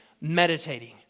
meditating